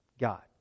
God